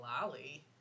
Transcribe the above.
Lolly